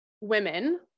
women